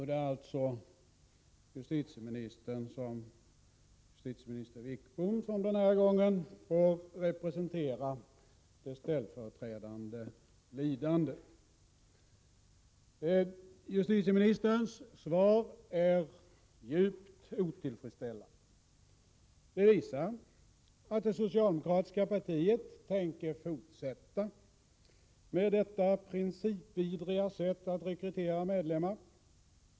Det är alltså justitieminister Wickbom som den här gången får representera det ställföreträdande lidandet. Justitieministerns svar är djupt otillfredsställande. Det visar att det socialdemokratiska partiet tänker fortsätta med detta principvidriga sätt att rekrytera medlemmar.